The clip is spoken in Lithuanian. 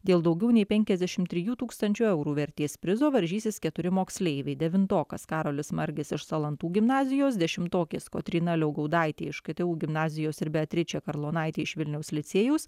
dėl daugiau nei penkiasdešim trijų tūkstančių eurų vertės prizo varžysis keturi moksleiviai devintokas karolis margis iš salantų gimnazijos dešimtokės kotryna liaugaudaitė iš ktu gimnazijos ir beatričė karlonaitė iš vilniaus licėjaus